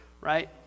right